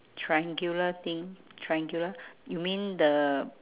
triangular thing triangular you mean the